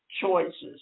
choices